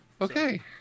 Okay